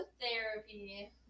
therapy